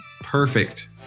Perfect